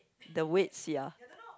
the weight sia